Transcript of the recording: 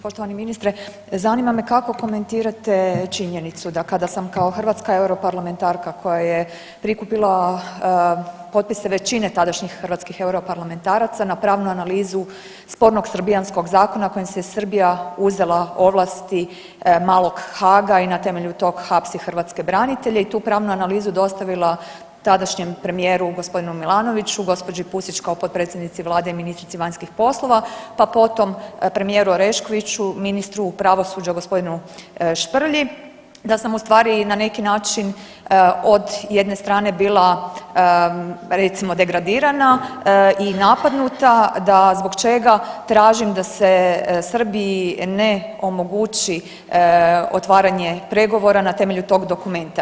Poštovani ministre, zanima me kako komentirate činjenicu da kada sam kao hrvatska europarlamentarka koja je prikupila potpise većine tadašnjih hrvatskih europarlamentaraca napravila analizu spornog srbijanskog zakona kojim se Srbija uzela ovlasti malog Haga i na temelju tog hapsi hrvatske branitelje i tu pravnu analizu dostavila tadašnjem premijeru g. Milanoviću, gđi. Pusić kao potpredsjednici vlade i ministrici vanjskih poslova, pa potom premijeru Oreškoviću, ministru pravosuđa g. Šprlji, da sam u stvari na neki način od jedne strane bila recimo degradirana i napadnuta, da zbog čega tražim da se Srbiji ne omogući otvaranje pregovora na temelju tog dokumenta.